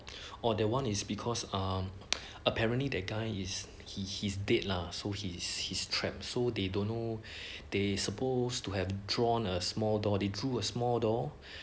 orh that one is because um apparently that guy is he he's dead lah so he's he's trapped so they don't know they supposed to have drawn a small door they drew a small door